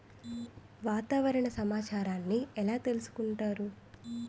వాతావరణ సమాచారాన్ని ఎలా తెలుసుకుంటారు?